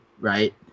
right